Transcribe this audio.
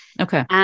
Okay